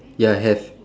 ya have